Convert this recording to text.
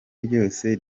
ryose